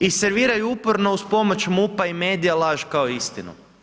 I servira ju uporno uz pomoć MUP-a i medija, laž kao istinu.